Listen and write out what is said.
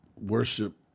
Worship